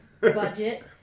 budget